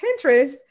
pinterest